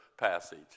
passage